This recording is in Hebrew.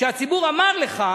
שהציבור אמר לך